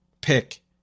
pick